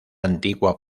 antigua